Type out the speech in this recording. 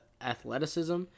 athleticism